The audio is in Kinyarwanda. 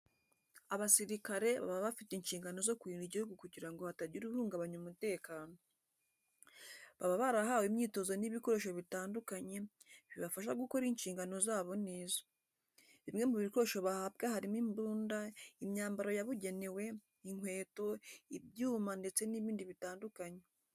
Abasirirkare baba bafite inshingano zo kurinda igihugu kugira ngo hatagira uhungabanya umutekano. Baba barahawe imyitozo n'ibikoresho bitandukanye, bibafasha gukora inshingano zabo neza. Bimwe mu bikoresho bahabwa harimo imbunda, imyambaro yabugenewe, inkweto, ibyuma ndetse n'ibindi bitandukanye.